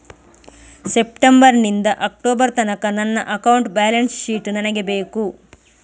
September ನಿಂದ October ತನಕ ನನ್ನ ಅಕೌಂಟ್ ಬ್ಯಾಲೆನ್ಸ್ ಶೀಟ್ ನನಗೆ ಬೇಕು